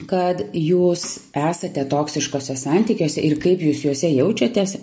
kad jūs esate toksiškuose santykiuose ir kaip jūs juose jaučiatės